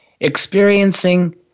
experiencing